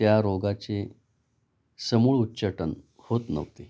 त्या रोगाचे समूळ उच्चाटन होत नव्हते